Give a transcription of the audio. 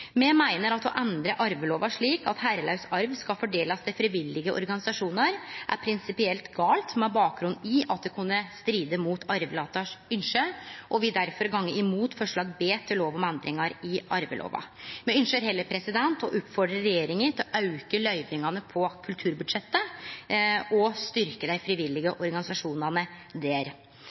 Me meiner at å endre arvelova slik at herrelaus arv skal fordelast til frivillige organisasjonar, er prinsipielt gale, med bakgrunn i at det kunne stride mot ynsket til arvelataren, og vil derfor gå imot forslag B til lov om endringar i arvelova. Me ynskjer heller å oppmode regjeringa til å auke løyvingane på kulturbudsjettet og styrkje dei frivillige organisasjonane der.